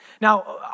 Now